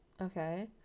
Okay